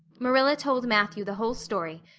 marilla told matthew the whole story,